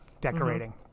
decorating